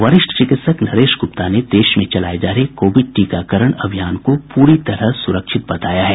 वरिष्ठ चिकित्सक नरेश गुप्ता ने देश में चलाये जा रहे कोविड टीकाकरण अभियान को पूरी तरह सुरक्षित बताया है